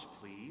please